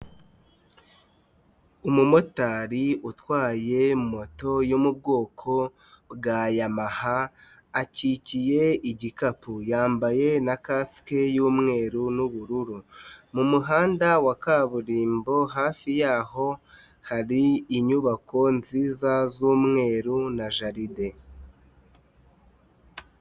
Umumotari utwaye moto yo mu bwoko bwa yamaha, akikiye igikapu. Yambaye na kasike y'umweru n'ubururu. Mu muhanda wa kaburimbo hafi yaho, hari inyubako nziza z'umweru na jaride.